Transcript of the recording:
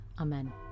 Amen